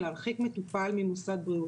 להרחיק מטופל ממוסד בריאות,